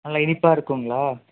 நல்ல இனிப்பாக இருக்குதுங்களா